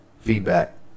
feedback